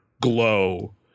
glow